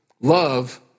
Love